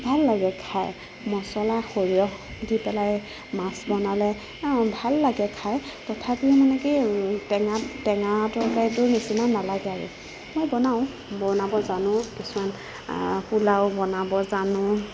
ভাল লাগে খাই মছলা সৰিয়হ দি পেলাই মাছ বনালে ভাল লাগে খাই তথাপিও মানে কি টেঙা টেঙাটো সেইটোৰ নিচিনা নেলাগে আৰু মই বনাও বনাব জানো কিছুমান পোলাও বনাব জানো